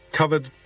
covered